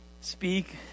Speak